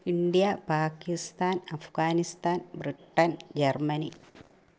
India Pakistan Afghanistan Britain Germany